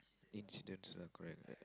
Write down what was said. incidents lah correct correct